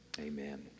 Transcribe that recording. amen